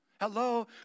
Hello